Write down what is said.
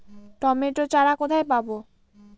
Tomato চারা কোথায় পাবো?